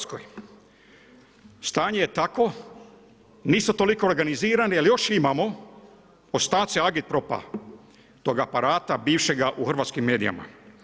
Stanje je takvo, nismo toliko organizirani ali još imamo ostatke Agit-prop-a tog aparata bivšega u hrvatskim medijima.